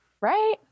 Right